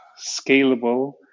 scalable